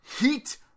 heat